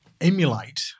emulate